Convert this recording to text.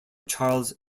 charles